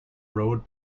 road